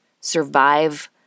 survive